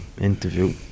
interview